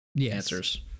answers